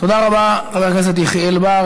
תודה רבה, חבר הכנסת יחיאל בר.